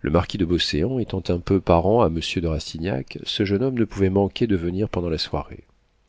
le marquis de beauséant étant un peu parent à monsieur de rastignac ce jeune homme ne pouvait manquer de venir pendant la soirée